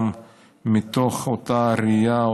גם מתוך אותה ראייה,